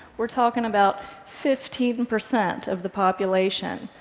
we're talking about fifteen and percent of the population,